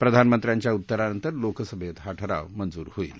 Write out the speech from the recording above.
प्रधानमंत्र्यांच्या उत्तरानंतर लोकसभेत हा ठराव मंजूर होईल